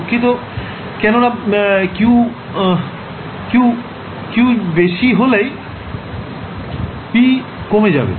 দুঃখিত কেননা q বেশি হলেই p কমে যাবে